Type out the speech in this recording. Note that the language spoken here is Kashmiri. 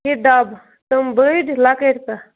بیٚیہِ ڈَب تِم بٔڑۍ لۄکٕٹۍ تہٕ